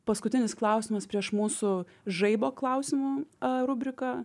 paskutinis klausimas prieš mūsų žaibo klausimo rubrika